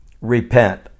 repent